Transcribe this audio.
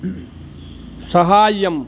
सहाय्यम्